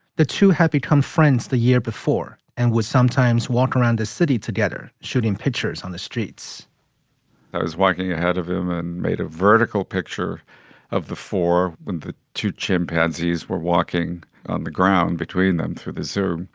the two had become friends. the year before and was sometimes walked around the city together, shooting pictures on the streets i was walking ahead of him and made a vertical picture of the four when the two chimpanzees were walking the ground between them through the zoo.